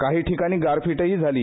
काही ठिकाणी गारपीटही झाली